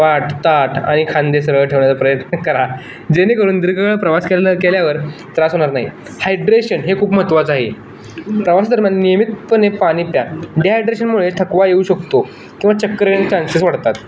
पाठ ताठ आणि खांदे सरळ ठेवण्याचा प्रयत्न करा जेणेकरून दीर्घकाळ प्रवास केला केल्यावर त्रास होणार नाही हायड्रेशन हे खूप महत्त्वाचं आहे प्रवासादरम्यान नियमितपणे पाणी प्या डिहायड्रेशनमुळे थकवा येऊ शकतो किंवा चक्कर ये चान्सेस वाढतात